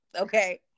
Okay